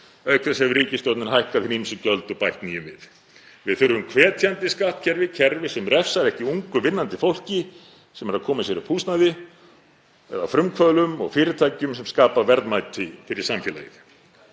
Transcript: Auk þess hefur ríkisstjórnin hækkað hin ýmsu gjöld og bætt nýjum við. Við þurfum hvetjandi skattkerfi, kerfi sem refsar ekki ungu, vinnandi fólki sem er að koma sér upp húsnæði, eða frumkvöðlum og fyrirtækjum sem skapa verðmæti fyrir samfélagið.